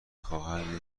خواهم